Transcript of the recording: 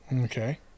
Okay